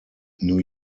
new